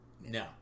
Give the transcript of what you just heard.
No